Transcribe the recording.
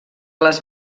les